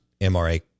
MRA